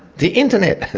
the internet.